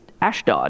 Ashdod